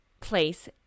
place